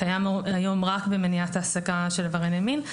קיים היום רק במניעת העסקה של עברייני מין,